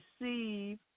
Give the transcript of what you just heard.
receive